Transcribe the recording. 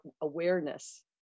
awareness